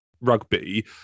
rugby